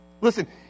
Listen